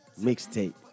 mixtape